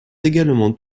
également